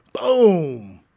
Boom